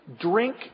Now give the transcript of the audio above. Drink